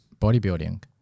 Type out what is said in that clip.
bodybuilding